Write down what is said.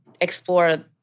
explore